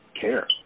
care